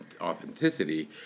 authenticity